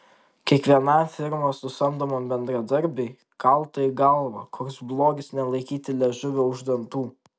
kiekvienam firmos nusamdomam bendradarbiui kalta į galvą koks blogis nelaikyti liežuvio už dantų